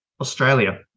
Australia